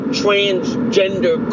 transgender